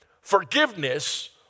Forgiveness